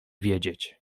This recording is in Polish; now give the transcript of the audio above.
wiedzieć